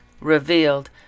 Revealed